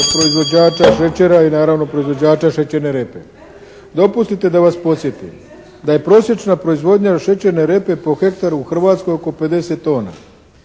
proizvođača šećera i naravno proizvođača šećerne repe. Dopustite da vas podsjetim da je prosječna proizvodnja šećerne repe po hektaru u Hrvatskoj oko 50 tona.